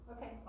Okay